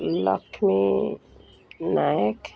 Lakshmi Nayak